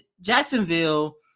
jacksonville